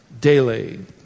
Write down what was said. Daily